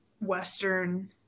Western